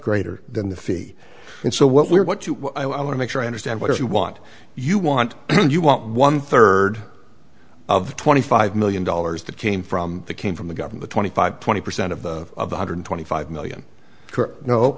greater than the fee and so what we are what you want to make sure i understand what if you want you want you want one third of the twenty five million dollars that came from came from the government twenty five twenty percent of the hundred twenty five million